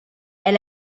est